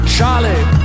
Charlie